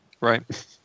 Right